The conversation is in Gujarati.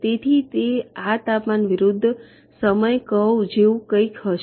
તેથી તે આ તાપમાન વિરુદ્ધ સમય કર્વ જેવું કંઈક હશે